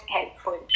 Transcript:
helpful